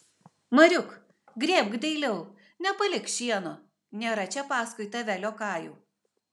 mariuk grėbk dailiau nepalik šieno nėra čia paskui tave liokajų